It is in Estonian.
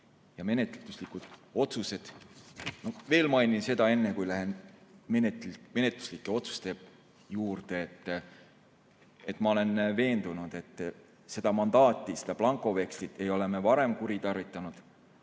peastaabis. Veel mainin seda, enne kui lähen menetluslike otsuste juurde, et ma olen veendunud, et seda mandaati, seda blankovekslit ei ole me varem kuritarvitanud